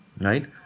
right